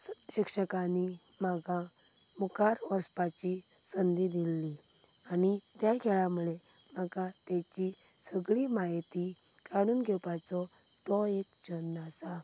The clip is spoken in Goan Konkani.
शिक्षकांनी म्हाका मुखार वचपाची संदी दिल्ली आनी त्या खेळ मुळें म्हाका ताची सगळीं म्हायतीं काडून घेवपाचो तो एक छंद आसा